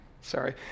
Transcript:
Sorry